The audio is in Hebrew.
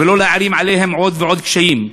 ולא נערים עליהם עוד ועוד קשיים.